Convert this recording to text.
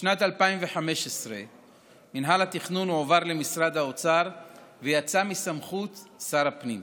בשנת 2015 מינהל התכנון הועבר למשרד האוצר ויצא מסמכות שר הפנים.